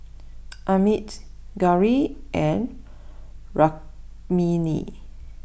Amit Gauri and Rukmini